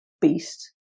beast